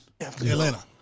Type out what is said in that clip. Atlanta